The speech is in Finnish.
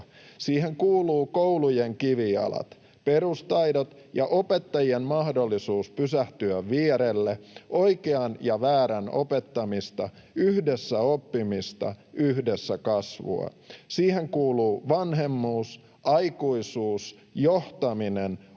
Siihen kuuluvat koulujen kivijalat, perustaidot ja opettajien mahdollisuus pysähtyä vierelle, oikean ja väärän opettaminen, yhdessä oppiminen, yhdessä kasvu. Siihen kuuluvat vanhemmuus, aikuisuus, johtaminen,